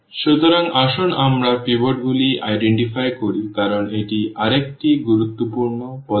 সুতরাং আসুন আমরা পিভটগুলি সনাক্ত করি কারণ এটি আরেকটি গুরুত্বপূর্ণ পদক্ষেপ